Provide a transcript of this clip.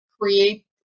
create